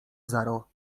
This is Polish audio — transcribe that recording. zero